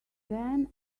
then